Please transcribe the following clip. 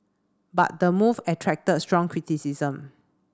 but the move attracted strong criticism